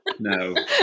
No